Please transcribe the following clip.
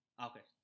okay